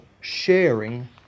sharing